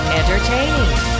entertaining